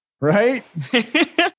Right